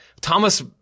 Thomas